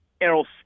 Errol